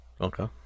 Okay